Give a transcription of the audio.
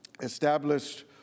established